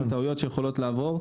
עם טעויות שיכולות לעבור.